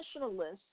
nationalists